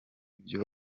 ibyo